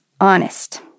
honest